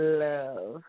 love